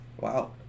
Wow